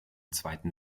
zweiten